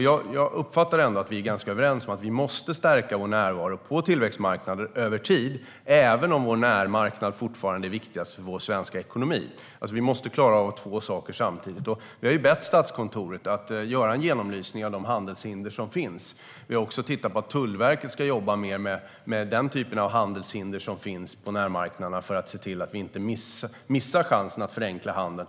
Jag uppfattar ändå att vi är ganska överens om att vi måste stärka vår närvaro på tillväxtmarknader över tid, även om vår närmarknad fortfarande är viktigast för svensk ekonomi. Vi måste klara av två saker samtidigt, och vi har bett Statskontoret att göra en genomlysning av de handelshinder som finns. Vi har också tittat på att Tullverket ska jobba mer med den typ av handelshinder som finns på närmarknaderna för att se till att vi inte missar chansen att förenkla handeln.